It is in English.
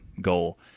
goal